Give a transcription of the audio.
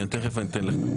תכף אני אתן לך.